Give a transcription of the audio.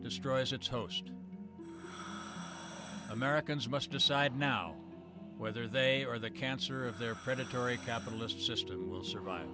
destroys it's host americans must decide now whether they or the cancer of their predatory capitalist system will survive